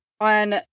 on